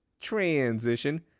transition